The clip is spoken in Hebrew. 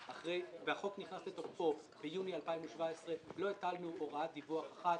החוק נכנס לתוקפו ביוני 2017 ועד היום לא הטלנו הוראת דיווח אחת.